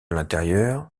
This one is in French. l’intérieur